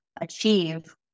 achieve